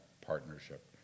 partnership